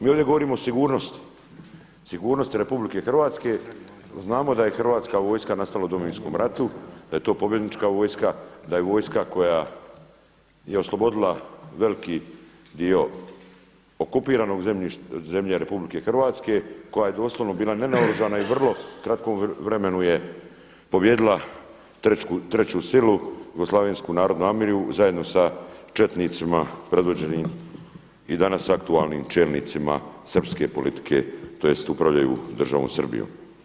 Mi ovdje govorimo o sigurnosti, sigurnosti RH znamo da je hrvatska vojska nastala u Domovinskom ratu, da je to pobjednička vojska, da je vojska koja je oslobodila veliki dio okupiranog zemlje RH koja je doslovno bila nenaoružana i u vrlo kratkom vremenu je pobijedila treću silu JNA zajedno sa četnicima predvođenim i danas aktualnim čelnicima srpske politike, tj. upravljaju državom Srbijom.